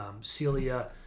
Celia